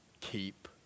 keep